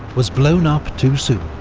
was blown up too soon.